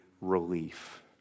relief